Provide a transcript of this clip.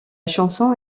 chanson